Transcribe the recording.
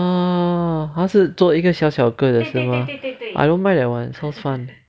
oh 他是坐一个小小个的是吗 I don't mind that one sounds fun